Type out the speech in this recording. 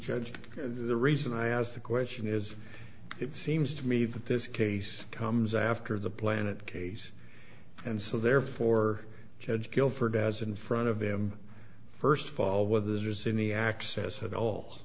judge the reason i asked the question is it seems to me that this case comes after the planet case and so therefore judge guilford as in front of him first of all whether there's any access at all